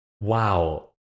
Wow